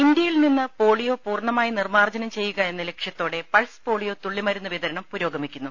ഇന്ത്യയിൽനിന്ന് polio പൂർണ്ണമായി നിർമ്മാർജ്ജനം ചെയ്യുക എന്ന ലക്ഷ്യ ത്തോടെ പൾസ് പോളിയോ തുള്ളിമരുന്ന് വിതരണം പുരോഗമിക്കുന്നു